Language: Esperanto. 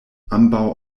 ambaŭ